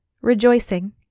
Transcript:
rejoicing